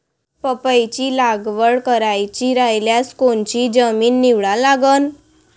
पपईची लागवड करायची रायल्यास कोनची जमीन निवडा लागन?